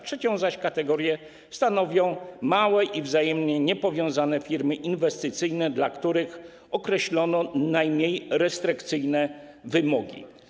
Trzecią kategorię stanowią małe i wzajemnie niepowiązane firmy inwestycyjne, dla których określono najmniej restrykcyjne wymogi.